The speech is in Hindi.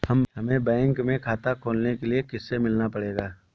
हमे बैंक में खाता खोलने के लिए किससे मिलना पड़ेगा?